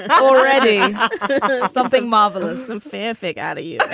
and already and something marvelous um fanfic out you.